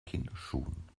kinderschuhen